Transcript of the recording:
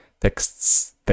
Texts